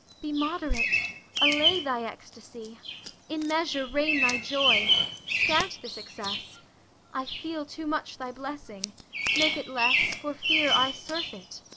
be moderate allay thy ecstasy in measure rain thy joy scant this excess i feel too much thy blessing make it less, for fear i surfeit!